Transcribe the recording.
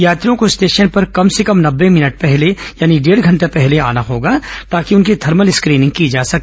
यात्रियों को स्टेशन पर कम से कम नब्बे मिनट पहले आना होगा ताकि उनकी थर्मल स्क्रीनिंग की जा सके